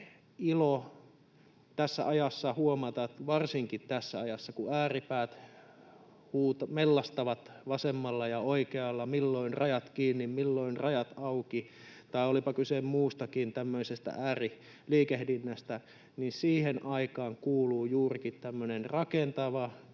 ilo tässä ajassa huomata, varsinkin tässä ajassa, kun ääripäät mellastavat vasemmalla ja oikealla, milloin rajat kiinni, milloin rajat auki, tai olipa kyse muustakin tämmöisestä ääriliikehdinnästä, että tähän aikaan kuuluu juurikin tämmöinen